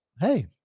Hey